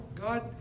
God